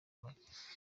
macye